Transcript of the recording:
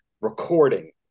Recording